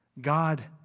God